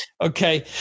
Okay